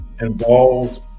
involved